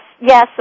yes